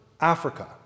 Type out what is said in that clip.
Africa